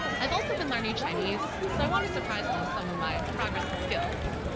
i've also been learning chinese, so i want to surprise him with some of my progress and skills.